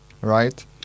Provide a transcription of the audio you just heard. right